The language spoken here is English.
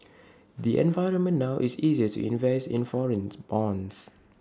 the environment now is easier to invest in foreign bonds